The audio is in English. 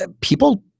people